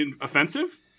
offensive